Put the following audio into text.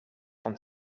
van